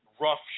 rough